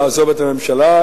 לעזוב את הממשלה,